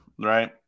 right